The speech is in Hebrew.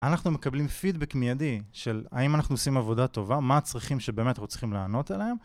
אנחנו מקבלים פידבק מיידי של האם אנחנו עושים עבודה טובה, מה הצרכים שבאמת אנחנו צריכים לענות עליהם